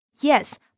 Yes